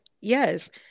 yes